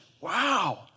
Wow